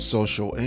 Social